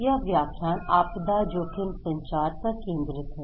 यह व्याख्यान आपदा जोखिम संचार पर केंद्रित है